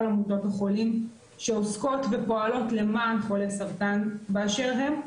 עמותות החולים שעושות ופועלות למען חולי סרטן באשר הם,